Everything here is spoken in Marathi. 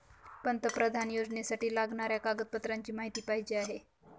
पंतप्रधान योजनेसाठी लागणाऱ्या कागदपत्रांची माहिती पाहिजे आहे